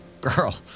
girl